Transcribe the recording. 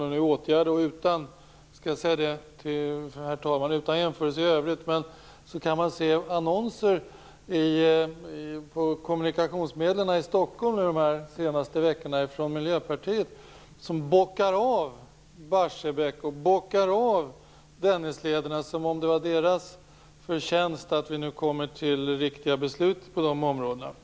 Utan någon jämförelse i övrigt har man under de senaste veckorna kunnat se annonser från Miljöpartiet på kommunikationsmedlen i Stockholm där man bockar av Barsebäck och Dennislederna som om det var Miljöpartiets förtjänst att vi nu kommer till riktiga beslut på dessa områden.